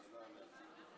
לזנק בזמן קצר יותר,